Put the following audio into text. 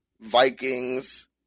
Vikings